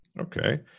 Okay